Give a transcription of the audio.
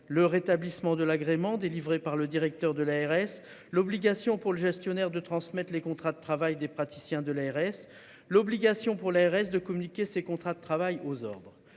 Le rétablissement de l'agrément délivré par le directeur de l'ARS, l'obligation pour le gestionnaire de transmettre les contrats de travail des praticiens de l'ARS, l'obligation pour l'ARS de communiquer ces contrats de travail aux ordres.